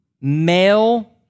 male